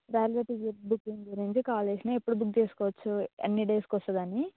railway ticket booking నుండి call చేసిన ఎప్పుడు బుక్ చేసుకోవచ్చు ఎన్ని డేస్కి వస్తుందని